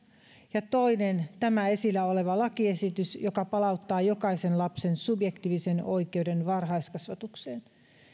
ja toinen tämä esillä oleva lakiesitys joka palauttaa jokaisen lapsen subjektiivisen oikeuden varhaiskasvatukseen